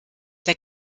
der